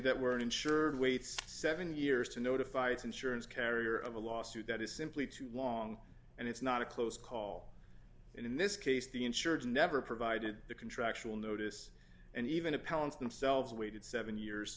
that were uninsured waits seven years to notify its insurance carrier of a lawsuit that is simply too long and it's not a close call and in this case the insurers never provided the contractual notice and even appellants themselves waited seven years